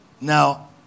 Now